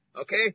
okay